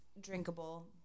drinkable